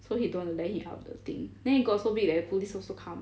so he don't wanna let him up the thing then it got so big that the police also come